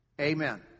Amen